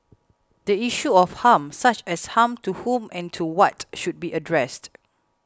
the issue of harm such as harm to whom and to what should be addressed